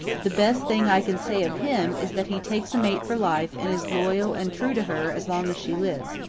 the best thing i can say of him is that he takes a mate for life and is loyal and true to her as long as she lives,